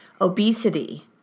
Obesity